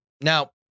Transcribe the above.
Now